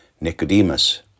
Nicodemus